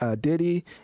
diddy